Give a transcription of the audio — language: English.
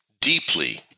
deeply